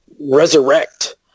resurrect